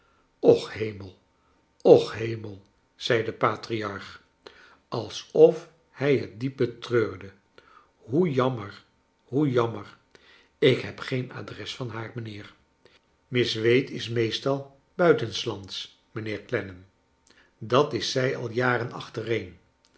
och kernel och hemel zei de patriarch alsof hij het diep betreurde hoe jammer hoe jammer ik heb geen adres van haar mijnheer miss wade is meestal buitenslands mijnheer clennam dat is zij al jaren achtereen